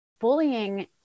Bullying